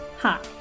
Hi